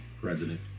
president